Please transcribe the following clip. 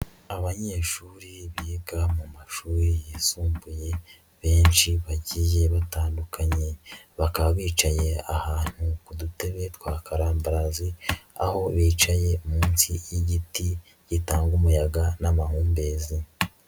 Abanyeshuri biga mu mashuri yisumbuye benshi bagiye batandukanye, bakaba bicanye ahantu ku dutebe twa karambarazi aho bicaye munsi y'igiti gitanga umuyaga n'amahumbezi.